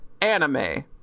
anime